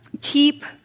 keep